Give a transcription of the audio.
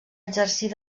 exercir